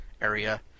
area